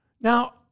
Now